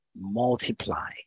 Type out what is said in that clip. multiply